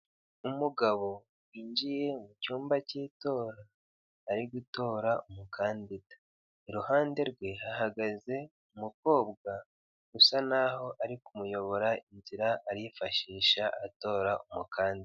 Umugabo winjiye mu cyumba k'itora ari gutora umukandida, iruhande rwe hahagaze umukobwa usa n'aho ari kumuyobora inzira arifashisha atora umukandida.